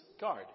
guard